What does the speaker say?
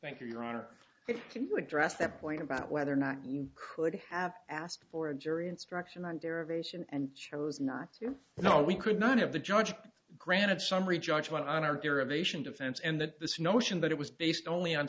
can you address the point about whether or not we could have asked for a jury instruction on derivation and chose not to you know we could not have the judge granted summary judgment on our derivation defense and that this notion that it was based only